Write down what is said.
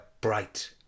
bright